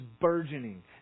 burgeoning